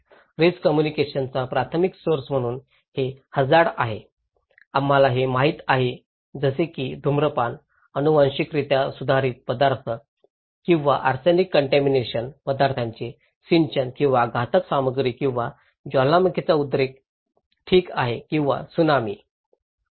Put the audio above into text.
risk communication चा प्राथमिक source म्हणून हे हझार्ड आहेत आम्हाला हे माहित आहे जसे की धूम्रपान अनुवांशिकरित्या सुधारित पदार्थ किंवा आर्सेनिक कन्टामिनेशन पदार्थांचे सिंचन किंवा घातक सामग्री किंवा ज्वालामुखीचा उद्रेक ठीक आहे किंवा सुनामी